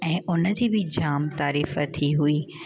ऐं उन जी बि जामु तारीफ़ थी हुई